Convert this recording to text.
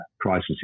crisis